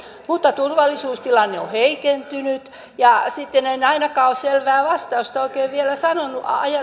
mutta turvallisuustilanne on heikentynyt ja en minä ainakaan ole selvää vastausta oikein